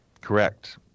Correct